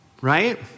right